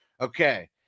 Okay